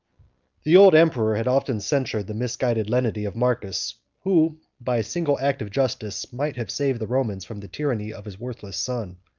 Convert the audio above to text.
the old emperor had often censured the misguided lenity of marcus, who, by a single act of justice, might have saved the romans from the tyranny of his worthless son.